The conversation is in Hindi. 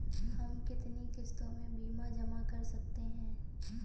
हम कितनी किश्तों में बीमा जमा कर सकते हैं?